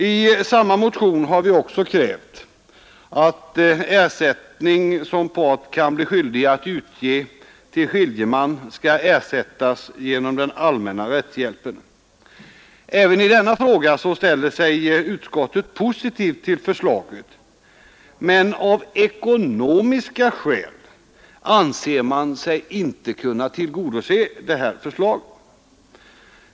I samma motion har vi också krävt att ersättning som part blir skyldig att utge till skiljeman skall ersättas genom den allmänna rättshjälpen. Även i denna fråga ställer sig utskottet positivt till förslaget, men av ekonomiska skäl anser man sig inte kunna tillgodose detta förslag.